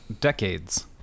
decades